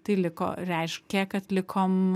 tai liko reiškia kad likom